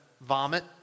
vomit